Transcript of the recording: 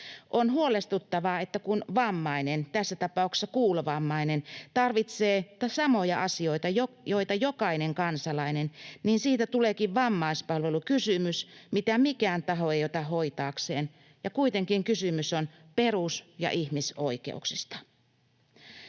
On huolestuttavaa, että kun vammainen, tässä tapauksessa kuulovammainen, tarvitsee samoja asioita, joita jokainen kansalainen, niin siitä tuleekin vammaispalvelukysymys, mitä mikään taho ei ota hoitaakseen, ja kuitenkin kysymys on perus- ja ihmisoikeuksista.